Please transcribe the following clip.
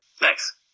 Thanks